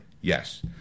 Yes